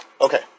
Okay